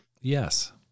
Yes